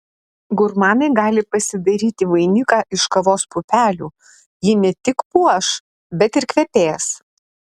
gurmanai gali pasidaryti vainiką iš kavos pupelių ji ne tik puoš bet ir kvepės